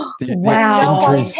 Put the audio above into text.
Wow